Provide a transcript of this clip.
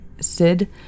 Sid